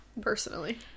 personally